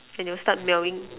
then they'll start meowing